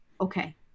okay